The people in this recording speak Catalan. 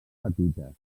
petites